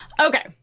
Okay